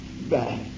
Back